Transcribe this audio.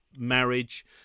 Marriage